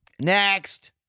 Next